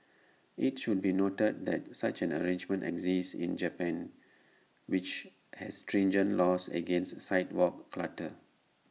IT should be noted that such an arrangement exists in Japan which has stringent laws against sidewalk clutter